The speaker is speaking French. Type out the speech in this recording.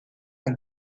d’un